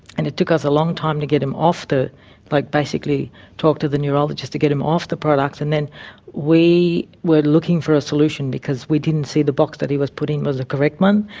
and it took us a long time to get him off, like basically talk to the neurologist to get him off the product. and then we were looking for a solution because we didn't see the box that he was put in was the correct one,